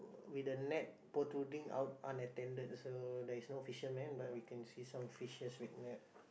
with the net protruding out unattended so there is no fishermen but we can see some fishes with net